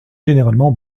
généralement